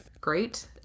great